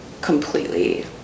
Completely